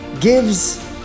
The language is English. gives